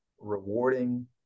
rewarding